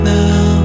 now